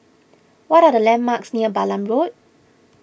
what are the landmarks near Balam Road